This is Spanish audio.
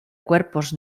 cuerpos